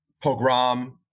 Pogrom